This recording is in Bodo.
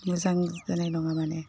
मोजां जानाय नङा माने